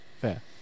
Fair